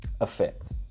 effect